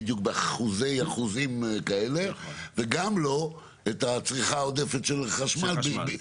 באחוזי-אחוזים וגם לא את הצריכה העודפת של חשמל.